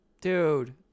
Dude